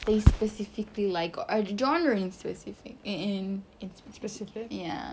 there's specifically like or genres in specific in ya